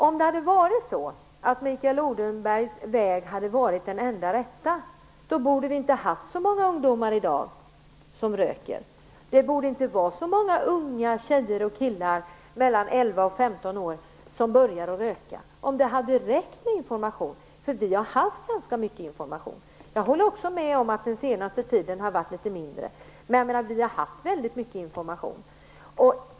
Om Mikael Odenbergs väg hade varit den enda rätta borde inte så många ungdomar ha rökt i dag. Det borde inte ha varit så många unga tjejer och killar mellan 11 och 15 år som börjat röka om det hade räckt med information, för vi har haft ganska mycket information. Jag håller också med om att det den senaste tiden har varit litet mindre, men vi har haft väldigt mycket information.